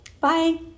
Bye